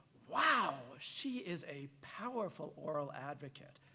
wow, she is a powerful oral advocate.